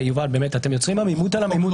אתם יוצרים עמימות על עמימות.